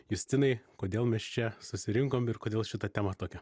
justinai kodėl mes čia susirinkom ir kodėl šita tema tokia